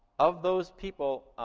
of those people,